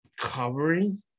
Covering